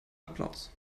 applaus